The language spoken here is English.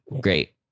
Great